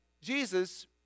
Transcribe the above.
Jesus